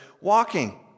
walking